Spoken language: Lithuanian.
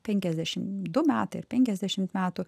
penkiasdešim du metai ar penkiasdešimt metų